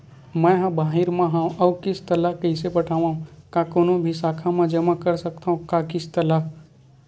मैं हा बाहिर मा हाव आऊ किस्त ला कइसे पटावव, का कोनो भी शाखा मा जमा कर सकथव का किस्त ला?